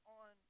on